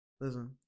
Listen